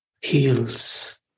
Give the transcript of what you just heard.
heals